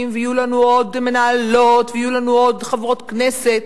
ויהיו לנו עוד מנהלות ויהיו לנו עוד חברות כנסת,